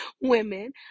women